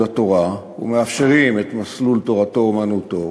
התורה ומאפשרים מסלול תורתו-אומנותו,